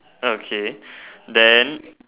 okay then